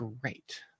great